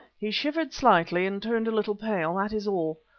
he shivered slightly and turned a little pale, that is all.